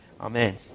Amen